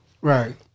Right